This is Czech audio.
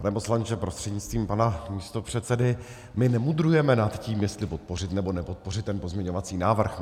Pane poslanče prostřednictvím pana místopředsedy, my nemudrujeme nad tím, jestli podpořit, nebo nepodpořit ten pozměňovací návrh.